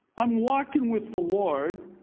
i'm walking with the lord,